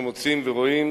אנחנו מוצאים ורואים